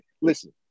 Listen